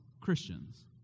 Christians